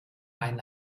einen